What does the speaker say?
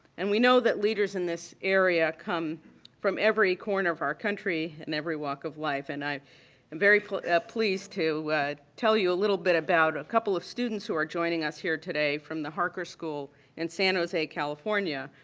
and we know that leaders in this area come from every corner of our country and every walk of life. and i am very ah pleased to tell you a little bit about a couple of students who are joining us here today from the harker school in san jose, california,